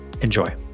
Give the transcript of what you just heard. Enjoy